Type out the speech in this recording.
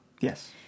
Yes